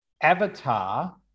avatar